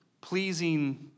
pleasing